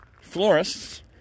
florists